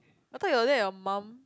I thought you'll let your mum